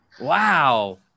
wow